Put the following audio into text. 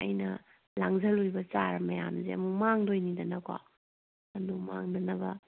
ꯑꯩꯅ ꯂꯥꯡꯁꯜꯂꯨꯏꯕ ꯆꯥꯔ ꯃꯌꯥꯝꯁꯦ ꯑꯃꯨꯛ ꯃꯥꯡꯗꯣꯏꯅꯤꯗꯅꯀꯣ ꯑꯗꯨ ꯃꯥꯡꯗꯅꯕ